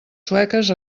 sueques